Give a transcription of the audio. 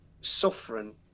suffering